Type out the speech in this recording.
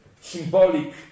symbolic